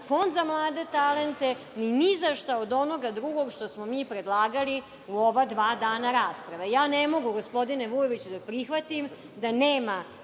Fond za mlade talente, ni nizašta od onoga drugog što smo mi predlagali u ova dva dana rasprave. Ja ne mogu, gospodine Vujoviću, da prihvatim da nema